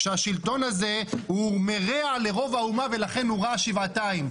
שהשלטון הזה מרע לרוב האומה ולכן הוא רע שבעתיים,